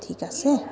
ঠিক আছে